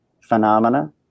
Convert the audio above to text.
phenomena